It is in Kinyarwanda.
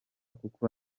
kuko